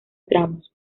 tramos